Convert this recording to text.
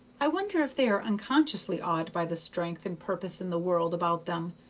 i wonder if they are unconsciously awed by the strength and purpose in the world about them,